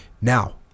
now